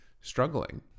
struggling